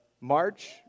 March